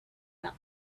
back